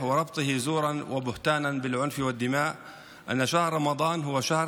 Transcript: עם בוא חודש רמדאן המבורך,